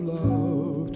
love